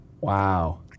wow